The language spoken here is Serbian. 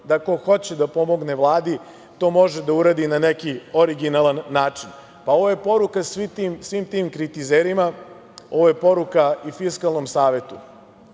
da ko hoće da pomogne Vladi, to može da uradi na neki originalan način. Pa, ovo je poruka svim tim kritizerima, ovo je poruka i Fiskalnom savetu,